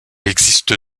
existe